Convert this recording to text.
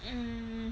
um